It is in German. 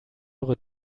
eure